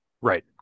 Right